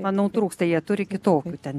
manau trūksta jie turi kitokių ten